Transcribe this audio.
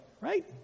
right